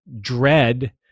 dread